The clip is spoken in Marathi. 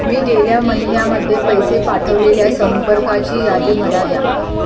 मी गेल्या महिन्यामध्ये पैसे पाठवलेल्या संपर्काची यादी मला द्या